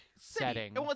setting